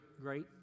great